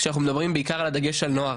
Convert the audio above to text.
כשאנחנו מדברים בעיקר על הדגש על נוער.